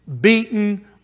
beaten